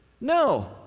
No